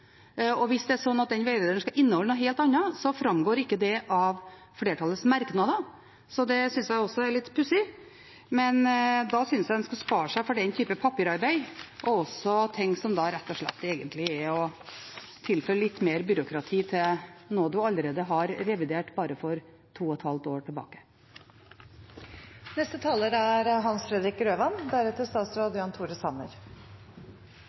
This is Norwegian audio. Hvis den veilederen skal inneholde noe helt annet, framgår ikke det av flertallets merknader. Det synes jeg også er litt pussig. Da synes jeg heller en skal spare seg for den typen papirarbeid og noe som rett og slett innebærer å tilføre litt mer byråkrati til noe som en allerede har revidert, for bare to og et halvt år